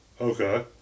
Okay